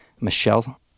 Michelle